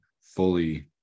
fully